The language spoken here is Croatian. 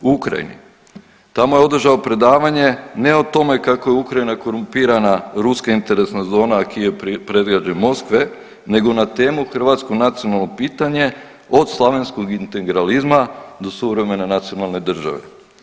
U Ukrajini, tamo je održavao predavanje ne o tome kako je Ukrajina korumpirana ruska interesna zona, a Kijev predgrađe Moskve nego na temu Hrvatsko nacionalno pitanje od slavenskog integralizma do suvremene nacionalne države.